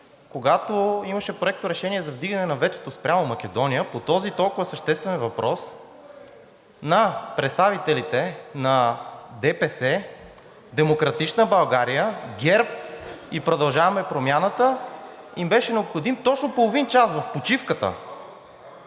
когато имаше проекторешение за вдигане на ветото спрямо Македония, по този толкова съществен въпрос на представителите на ДПС, „Демократична България“, ГЕРБ и „Продължаваме Промяната“ им беше необходим точно половин час, в почивката,